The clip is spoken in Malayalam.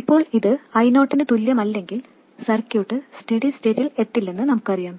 ഇപ്പോൾ ഇത് I0 നു തുല്യമല്ലെങ്കിൽ സർക്യൂട്ട് സ്റ്റെഡി സ്റ്റേറ്റിൽ എത്തില്ലെന്ന് നമുക്കറിയാം